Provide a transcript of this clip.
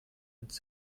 als